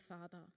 father